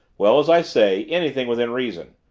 well, as i say, anything within reason.